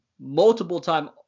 multiple-time